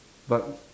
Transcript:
but